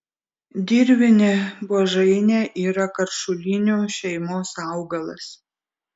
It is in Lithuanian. dirvinė buožainė yra karšulinių šeimos augalas